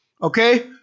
Okay